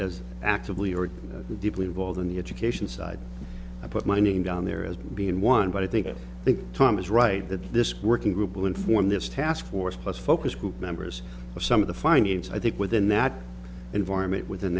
as actively or deeply involved in the education side i put my name down there as being one but i think i think tom is right that this working group will inform this task force plus focus group members of some of the findings i think within that environment within